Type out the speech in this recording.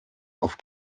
auf